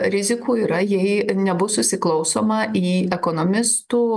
rizikų yra jei nebus įsiklausoma į ekonomistų